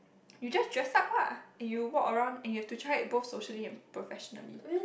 you just dress up lah and you walk around and you have to try it both socially and professionally